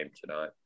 tonight